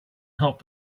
help